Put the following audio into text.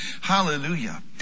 hallelujah